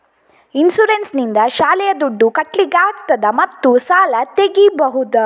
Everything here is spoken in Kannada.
ಇನ್ಸೂರೆನ್ಸ್ ನಿಂದ ಶಾಲೆಯ ದುಡ್ದು ಕಟ್ಲಿಕ್ಕೆ ಆಗ್ತದಾ ಮತ್ತು ಸಾಲ ತೆಗಿಬಹುದಾ?